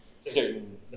certain